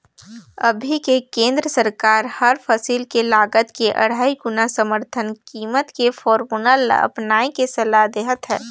अभी के केन्द्र सरकार हर फसिल के लागत के अढ़ाई गुना समरथन कीमत के फारमुला ल अपनाए के सलाह देहत हे